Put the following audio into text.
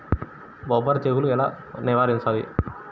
బొబ్బర తెగులు ఎలా నివారించాలి?